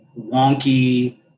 wonky